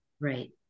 Right